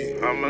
I'ma